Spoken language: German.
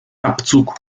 abzug